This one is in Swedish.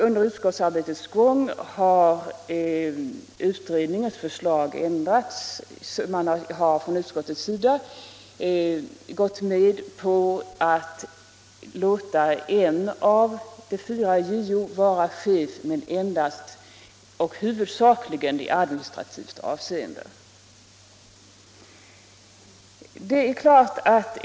Under utskottsarbetets gång ändrades sedan utredningens förslag, och utskottet gick med på att låta en av de fyra JO vara chef huvudsakligen i administrativt avseende.